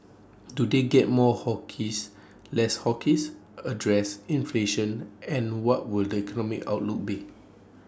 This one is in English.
do they get more hawkish less hawkish address inflation and what will the economic outlook be